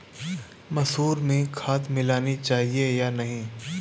मसूर में खाद मिलनी चाहिए या नहीं?